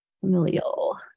familial